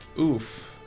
oof